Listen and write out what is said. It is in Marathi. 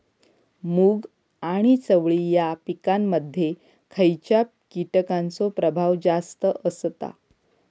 मूग आणि चवळी या पिकांमध्ये खैयच्या कीटकांचो प्रभाव जास्त असता?